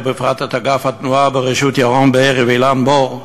ובפרט את אגף התנועה בראשות ירון בארי ואילן מור,